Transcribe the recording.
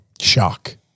shock